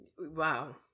Wow